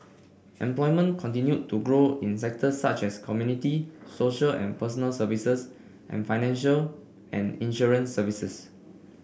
employment continued to grow in sectors such as community social and personal services and financial and insurance services